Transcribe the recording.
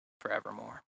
forevermore